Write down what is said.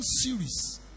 series